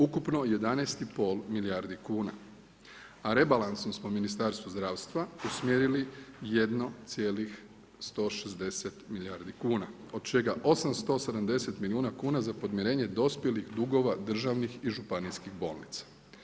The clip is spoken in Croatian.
Ukupno 11 i pol milijardi kuna, a rebalansom smo Ministarstvu zdravstva usmjerili jedno cijelih 160 milijardi kuna od čega 870 milijuna kuna za podmirenje dospjelih dugova državnih i županijskih bolnica.